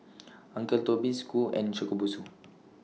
Uncle Toby's Qoo and Shokubutsu